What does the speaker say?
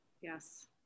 Yes